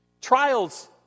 Trials